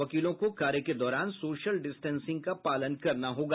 वकीलों को कार्य के दौरान सोशल डिस्टेंसिंग का पालन करना होगा